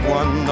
one